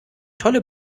tolle